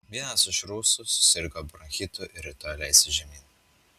vienas iš rusų susirgo bronchitu ir rytoj leisis žemyn